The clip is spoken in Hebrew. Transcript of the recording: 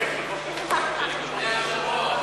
אדוני היושב-ראש,